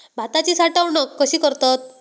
भाताची साठवूनक कशी करतत?